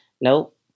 nope